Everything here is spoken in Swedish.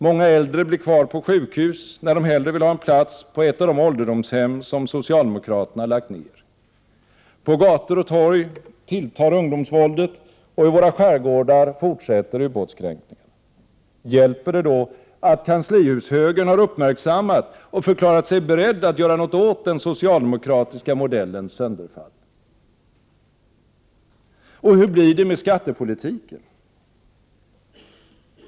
Många äldre blir kvar på sjukhus, när de hellre vill ha en plats på ett av de ålderdomshem som socialdemokraterna lagt ned. På gator och torg tilltar ungdomsvåldet, och i våra skärgårdar fortsätter ubåtskränkningarna. Hjälper det då att kanslihushögern har uppmärksammat och förklarat sig beredd att göra något åt den socialdemokratiska modellens sönderfall? Och hur blir det med skattepolitiken?